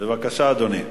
בבקשה, אדוני.